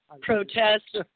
protest